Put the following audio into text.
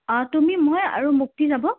অঁ তুমি মই আৰু মুক্তি যাব